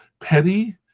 petty